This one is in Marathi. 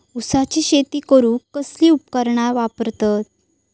ऊसाची शेती करूक कसली उपकरणा वापरतत?